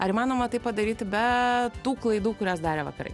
ar įmanoma tai padaryti be tų klaidų kurias darė vakarai